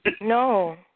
No